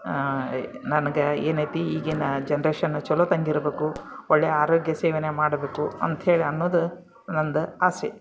ನನ್ಗೆ ಏನೈತಿ ಈಗಿನ ಜನ್ರೇಷನ್ ಚಲೋತ್ತಂಗಿರಬೇಕು ಒಳ್ಳೆಯ ಆರೋಗ್ಯ ಸೇವನೆ ಮಾಡಬೇಕು ಅಂತ್ಹೇಳಿ ಅನ್ನೋದು ನಂದು ಆಸೆ